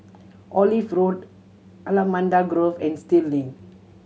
Olive Road Allamanda Grove and Still Lane